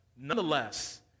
nonetheless